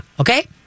okay